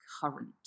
current